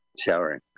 Showering